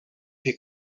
fer